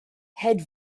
head